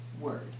word